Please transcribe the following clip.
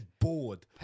bored